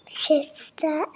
sister